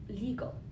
legal